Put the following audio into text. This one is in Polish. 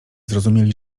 zrozumieli